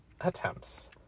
attempts